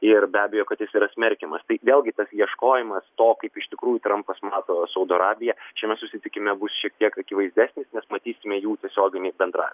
ir be abejo kad jis yra smerkiamas tai vėlgi tas ieškojimas to kaip iš tikrųjų trumpas mato saudo arabija šiame susitikime bus šiek tiek akivaizdesnis nes matysime jų tiesioginį bendra